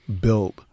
built